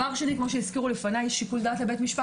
שנית, שיקול דעת לבית משפט.